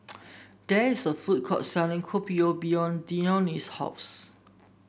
there is a food court selling Kopi O behind Dione's house